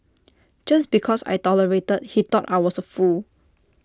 just because I tolerated he thought I was A fool